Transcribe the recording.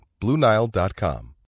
BlueNile.com